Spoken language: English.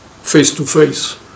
face-to-face